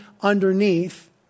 underneath